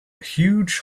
huge